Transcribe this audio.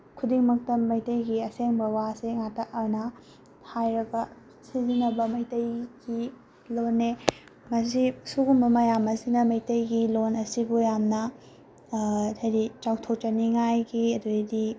ꯈꯨꯗꯤꯡꯃꯛꯇ ꯃꯩꯇꯩꯒꯤ ꯑꯁꯦꯡꯕ ꯋꯥꯁꯦ ꯉꯛꯇ ꯑꯗꯨꯅ ꯍꯥꯏꯔꯒ ꯁꯤꯖꯤꯟꯅꯕ ꯃꯩꯇꯩꯒꯤ ꯂꯣꯟꯅꯦ ꯃꯁꯤ ꯁꯤꯒꯨꯝꯕ ꯃꯌꯥꯝ ꯑꯁꯤꯅ ꯃꯩꯇꯩꯒꯤ ꯂꯣꯟ ꯑꯁꯤꯕꯨ ꯌꯥꯝꯅ ꯍꯥꯏꯗꯤ ꯆꯥꯎꯊꯣꯛꯆꯅꯤꯡꯉꯥꯏꯒꯤ ꯑꯗꯨꯗꯩꯗꯤ